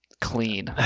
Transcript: clean